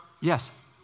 Yes